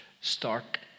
stark